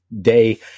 day